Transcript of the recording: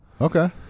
Okay